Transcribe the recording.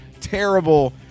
terrible